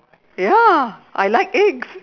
ya I like eggs